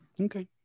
okay